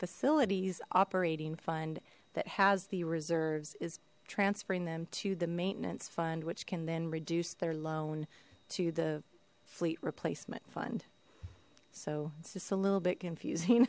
facilities operating fund that has the reserves is transferring them to the maintenance fund which can then reduce their loan to the fleet replacement fund so it's just a little bit confusing